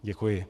Děkuji.